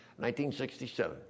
1967